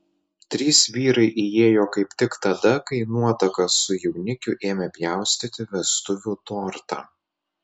trys vyrai įėjo kaip tik tada kai nuotaka su jaunikiu ėmė pjaustyti vestuvių tortą